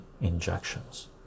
injections